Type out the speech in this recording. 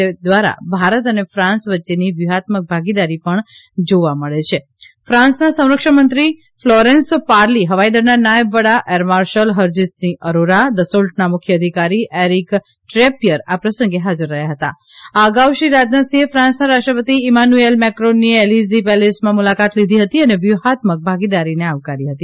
તે દ્વારા ભારત અને ફાન્સ વચ્ચેની વ્યૂહાત્મક ભાગીદારી પણ જોવા મળે છે ફાન્સના સંરક્ષણ મંત્રી ફ્લોરેન્સ પાર્લી હવાઇદળના નાયબ વડા એરમાર્શલ હરજીતસિંહ અરોરા દસોલ્ટના મુખ્ય અધિકારી એરિક ટ્રેપિયર આ પ્રસંગે હાજર રહ્યા હતા આ અગાઉ શ્રી રાજનાથસિંહે ફાન્સના રાષ્ટ્રપતિ ઇમાનુએલ મેક્રોનની એલીઝી પેલેસમાં મુલાકાત લીધી હતી અને વ્યૂફાત્મક ભાગીદારીને આવકારી હતી